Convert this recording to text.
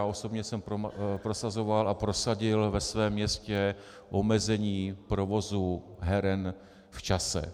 Osobně jsem prosazoval a prosadil ve svém městě omezení provozu heren v čase.